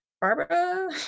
Barbara